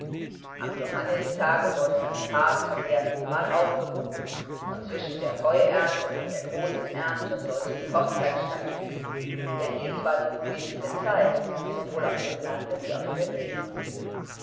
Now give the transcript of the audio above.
am johannistage wurde das paar zum erstenmal aufgeboten und zwischen der heuernte und der großen ernte sollte die hochzeit stattfinden denn dies war die ruhigste zeit sowohl auf dem lande wie auf der see